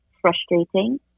frustrating